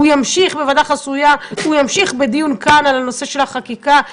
ימשיך בוועדה חסויה ובדיון כאן על נושא החקיקה.